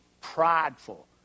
prideful